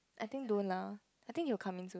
I think don't lah I think you will coming soon